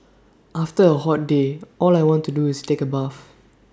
after A hot day all I want to do is take A bath